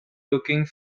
looking